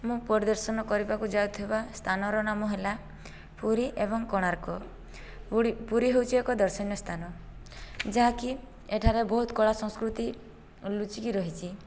ମୁଁ ପରିଦର୍ଶନ କରିବାକୁ ଯାଉଥିବା ସ୍ଥାନର ନାମ ହେଲା ପୁରୀ ଏବଂ କୋଣାର୍କ ପୁରୀ ହେଉଛି ଏକ ଦର୍ଶନୀୟ ସ୍ଥାନ ଯାହାକି ଏଠାରେ ବହୁତ କଳା ସଂସ୍କୃତି ଲୁଚିକି ରହିଛି